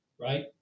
right